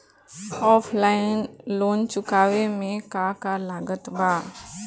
Offline loan चुकावे म का का लागत बा?